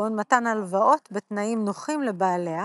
כדוגמת מתן הלוואות בתנאים נוחים לבעליה,